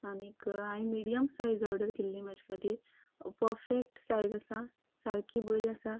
आनीक हायेन medium size order केल्ली म्हाजे खातीर पर्फेक्ट सायज आसा सारकी बरी आसा